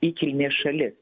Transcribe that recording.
į kilmės šalis